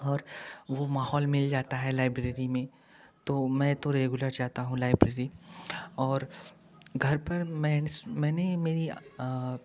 और वह माहौल मिल जाता है लाइब्रेरी में तो मैं तो रेगुलर जाता हूँ लाइब्रेरी और घर पर मैं मैंने मेरी